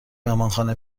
مهمانخانه